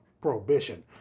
Prohibition